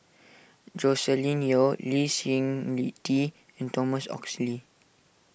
Joscelin Yeo Lee Seng Lee Tee and Thomas Oxley